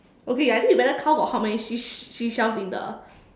okay I think you better count got how many sea~ seashells in the